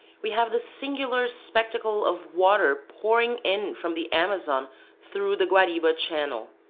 we have the singular spectacle of water pouring in from the amazon through the guariba channel.